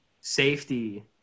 Safety